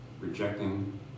rejecting